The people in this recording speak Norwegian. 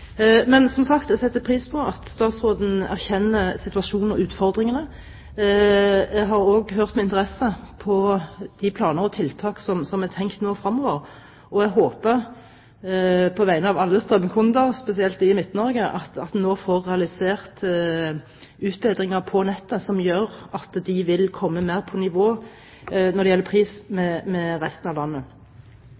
Men som sagt, jeg setter pris på at statsråden erkjenner situasjonen og utfordringene. Jeg har også hørt med interesse på de planer og tiltak som er tenkt nå fremover, og jeg håper på vegne av alle strømkunder, spesielt i Midt-Norge, at man nå får realisert utbedringer på nettet som gjør at de vil komme mer på det